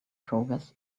process